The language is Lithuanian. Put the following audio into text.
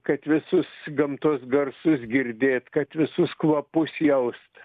kad visus gamtos garsus girdėt kad visus kvapus jaust